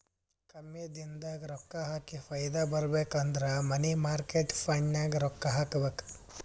ಕಮ್ಮಿ ದಿನದಾಗ ರೊಕ್ಕಾ ಹಾಕಿ ಫೈದಾ ಬರ್ಬೇಕು ಅಂದುರ್ ಮನಿ ಮಾರ್ಕೇಟ್ ಫಂಡ್ನಾಗ್ ರೊಕ್ಕಾ ಹಾಕಬೇಕ್